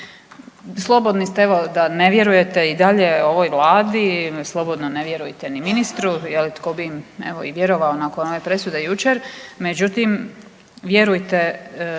Slobodni ste evo da ne vjerujete i dalje ovoj Vladi, slobodno ne vjerujete ni ministru, je li tko bi im evo i vjerovao nakon one presude jučer, međutim vjerujte